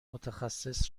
متخصص